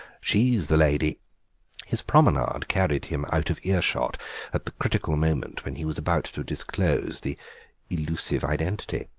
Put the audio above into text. she is the lady his promenade carried him out of earshot at the critical moment when he was about to disclose the elusive identity.